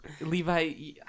Levi